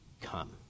come